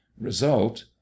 result